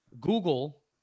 Google